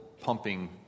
pumping